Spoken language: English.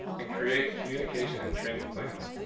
and create communication and training plans.